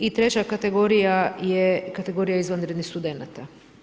I treća kategorija je kategorija izvanrednih studenata.